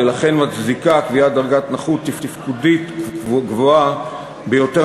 ולכן מצדיקה קביעת דרגת נכות תפקודית גבוהה ביותר